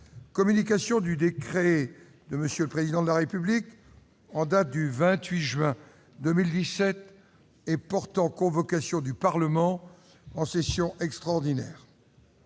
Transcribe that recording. communication du décret de M. le Président de la République en date du 28 juin 2017 portant convocation du Parlement en session extraordinaire.